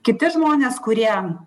kiti žmonės kurie